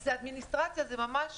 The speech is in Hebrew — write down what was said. זה ממש